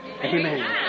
Amen